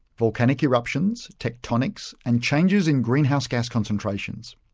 volcanic eruptions, tectonics, and changes in greenhouse gas concentrations.